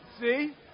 See